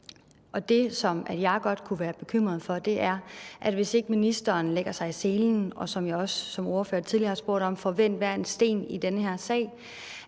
Det, som jeg godt kunne være bekymret for, er, at hvis ikke ministeren lægger sig i selen, og, som jeg også som ordfører tidligere har spurgt om, får vendt hver en sten i den her sag,